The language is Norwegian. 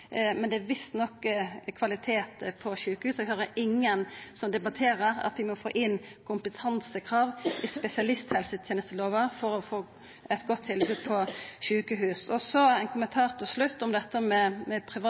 men det er visst nok kvalitet på sjukehusa. Eg høyrer ingen som debatterer for at ein må få inn kompetansekrav i spesialisthelsetenestelova for å få eit godt tilbod på sjukehusa. Så ein kommentar til slutt om dette med